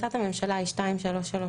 החלטת הממשלה היא 2331,